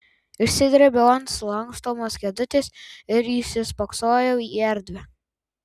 išsidrėbiau ant sulankstomos kėdutės ir įsispoksojau į erdvę